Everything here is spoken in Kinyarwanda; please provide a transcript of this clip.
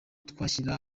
twashyira